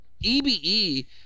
EBE